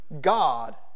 God